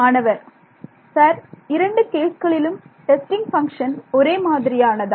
மாணவர் சார் இரண்டு கேஸ்களிலும் டெஸ்டிங் பங்க்ஷன் ஒரே மாதிரியானதா